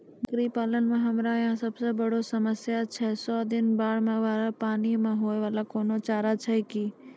बकरी पालन मे हमरा यहाँ सब से बड़ो समस्या छै सौ दिन बाढ़ मे चारा, पानी मे होय वाला कोनो चारा छै कि?